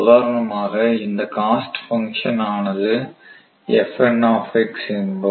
உதாரணமாக இந்த cost function ஆனது என்போம்